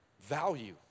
value